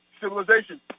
civilization